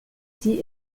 tie